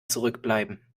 zurückbleiben